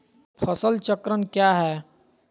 फसल चक्रण क्या है?